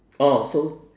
orh so